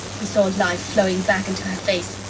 he saw life flowing back into her face,